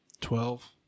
Twelve